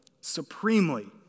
supremely